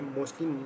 mostly